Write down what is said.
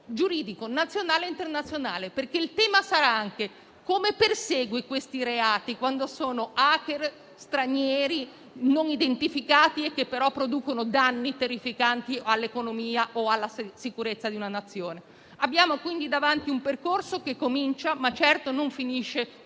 giuridico nazionale e internazionale. Il tema, infatti, sarà anche come si perseguono questi reati quando gli *hacker* sono stranieri non identificati, che però producono danni terrificanti all'economia o alla sicurezza di una Nazione. Abbiamo quindi davanti un percorso che comincia, ma certo non finisce